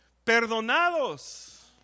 Perdonados